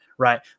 Right